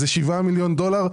זה 7 מיליון דולר.